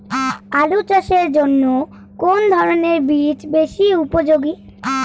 আলু চাষের জন্য কোন ধরণের বীজ বেশি উপযোগী?